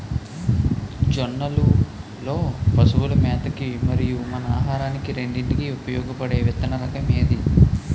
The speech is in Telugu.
జొన్నలు లో పశువుల మేత కి మరియు మన ఆహారానికి రెండింటికి ఉపయోగపడే విత్తన రకం ఏది?